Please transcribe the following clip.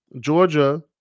Georgia